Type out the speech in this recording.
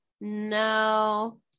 No